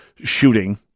Shooting